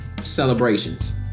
celebrations